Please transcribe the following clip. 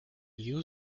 you